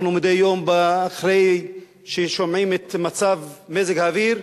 מדי יום, אחרי שאנחנו שומעים את מצב מזג האוויר,